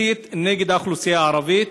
נגד האוכלוסייה הערבית.